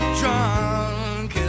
drunk